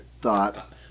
thought